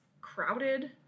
crowded